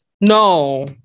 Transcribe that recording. No